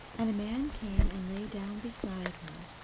and a man came and lay down beside her,